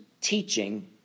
teaching